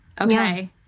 Okay